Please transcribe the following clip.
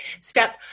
step